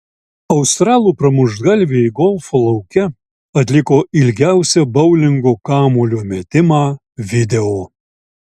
australų pramuštgalviai golfo lauke atliko ilgiausią boulingo kamuolio metimą video